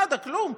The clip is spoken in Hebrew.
נאדה, כלום.